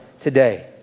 today